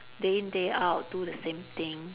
day in day out do the same thing